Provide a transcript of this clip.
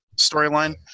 storyline